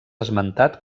esmentat